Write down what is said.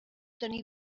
tenir